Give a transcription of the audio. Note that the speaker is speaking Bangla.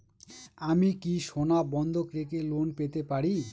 আমি কি সোনা বন্ধক রেখে লোন পেতে পারি?